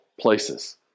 places